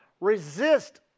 Resist